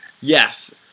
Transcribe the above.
Yes